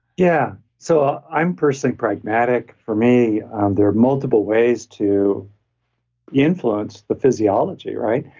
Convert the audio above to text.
yeah so i'm personally pragmatic, for me there are multiple ways to influence the physiology right?